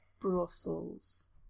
Brussels